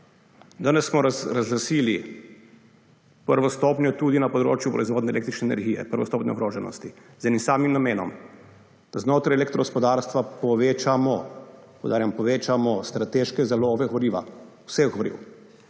Danes smo razglasili prvo stopnjo tudi na področju proizvodnje električne energije, prvo stopnjo ogroženosti, z enim samim namenom. Da znotraj elektro-gospodarstva povečamo, poudarjam povečamo, strateške zaloge goriva, vseh goriv